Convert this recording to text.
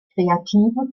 kreative